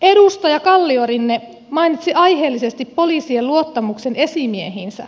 edustaja kalliorinne mainitsi aiheellisesti poliisien luottamuksen esimiehiinsä